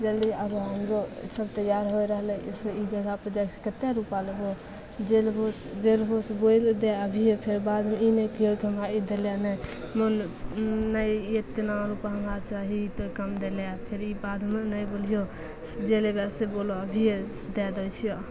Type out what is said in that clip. जल्दी आबऽ हमरो ईसभ तैआर होइ रहलै ई से ई जगहपर जाइसे कतेक रुपा लेबहो जे लेबहो जे लेबहोसे बोलि दै अभिए फेर बादमे ई नहि कहिअऽ कि हमरा ई देलै नहि मोन नहि ई एतना रुपा हमरा चाही तऽ कम देलै फेर ई बादमे नहि बोलिहो जे लेबऽ से बोलऽ अभिए दै दै छिअऽ